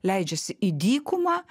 leidžiasi į dykumą